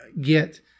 get